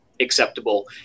acceptable